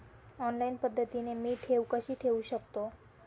Online पद्धतीने मी ठेव कशी ठेवू शकतो?